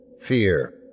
Fear